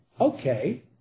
Okay